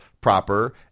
proper